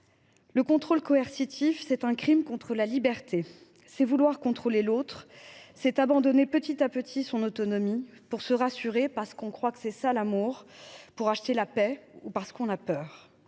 Le contrôle coercitif, c’est un crime contre la liberté. C’est vouloir contrôler l’autre, c’est abandonner petit à petit son autonomie, pour se rassurer, parce qu’on croit que c’est cela l’amour, pour acheter la paix, ou parce qu’on a peur.